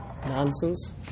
nonsense